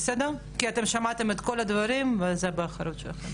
כי אתם שמעתם את כל הדברים וזה באחריות שלכם.